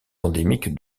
endémique